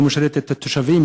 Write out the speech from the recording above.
שמשרת את התושבים,